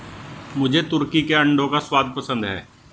मुझे तुर्की के अंडों का स्वाद पसंद है